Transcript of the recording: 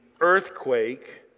earthquake